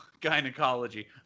gynecology